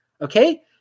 okay